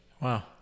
Wow